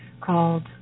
called